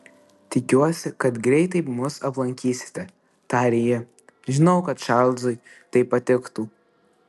tikiuosi kad greitai mus aplankysite tarė ji žinau kad čarlzui tai patiktų